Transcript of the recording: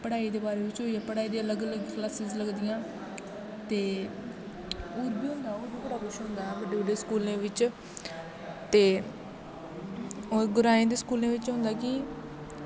पढ़ाई दे बारे च होई गेआ पढ़ाई दी अलग अलग क्लासिस लगदियां ते होर बी होंदा होर बी बड़ा कुछ होंदा ऐ बड्डे बड्डे स्कूलें बिच्च ते ग्राएं दे होर स्कूलें बिच्च होंदा कि